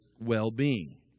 well-being